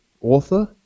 author